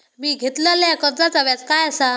मी घेतलाल्या कर्जाचा व्याज काय आसा?